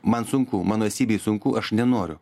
man sunku mano esybei sunku aš nenoriu